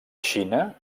xina